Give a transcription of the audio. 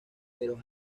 pero